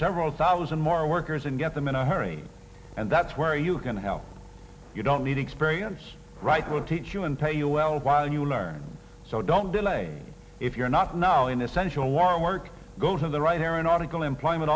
several thousand more workers and get them in a hurry and that's where you can help you don't need experience right will teach you and tell us while you learn so don't delay if you're not now in essential war work go to the right aeronautical employment